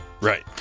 Right